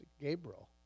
Gabriel